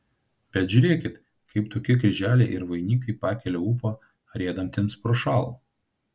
bet žiūrėkit kaip tokie kryželiai ir vainikai pakelia ūpą riedantiems prošal